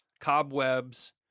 Cobwebs